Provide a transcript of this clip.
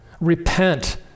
Repent